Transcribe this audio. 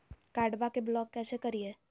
कार्डबा के ब्लॉक कैसे करिए?